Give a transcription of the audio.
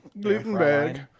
Gluten-bag